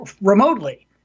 remotely